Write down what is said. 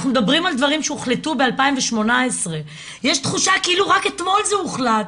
אנחנו מדברים על דברים שהוחלטו ב- 2018. יש תחושה כאילו רק אתמול זה הוחלט,